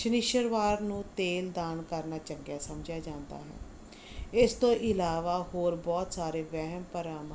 ਸ਼ਨੀਚਰਵਾਰ ਨੂੰ ਤੇਲ ਦਾਨ ਕਰਨਾ ਚੰਗਾ ਸਮਝਿਆ ਜਾਂਦਾ ਹੈ ਇਸ ਤੋਂ ਇਲਾਵਾ ਹੋਰ ਬਹੁਤ ਸਾਰੇ ਵਹਿਮ ਭਰਮ